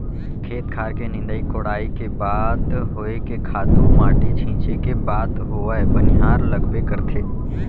खेत खार के निंदई कोड़ई के बात होय के खातू माटी छींचे के बात होवय बनिहार लगबे करथे